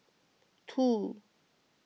two